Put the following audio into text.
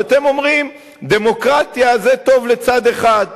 אבל אתם אומרים: דמוקרטיה זה טוב לצד אחד.